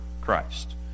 Christ